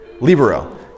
Libero